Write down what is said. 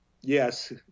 Yes